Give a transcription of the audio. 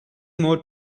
more